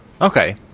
Okay